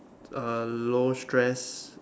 a low stress